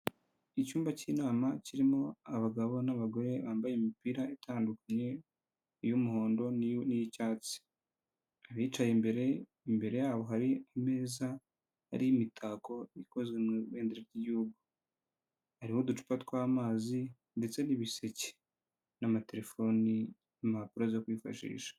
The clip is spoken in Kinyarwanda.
Icyumba cy'inama kirimo abagabo n'abagore bambaye imipira itandukanye iy'umuhondo n'iy'icyatsi abicaye imbere, imbere yabo hari ameza ariho imitako ikozwe mu ibendera ry'gihugu hariho uducupa twamazi ndetse n'ibiseke n'amaterefoni n'impapuro zo kwifashisha.